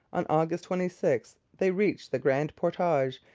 on august twenty six, they reached the grand portage,